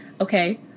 Okay